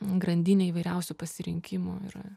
grandinę įvairiausių pasirinkimų ir